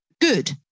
good